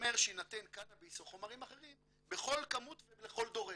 אומר שיינתן קנאביס או חומרים אחרים בכל כמות ולכל דורש.